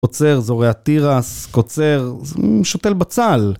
קוצר זורע תירס, קוצר, שותל בצל.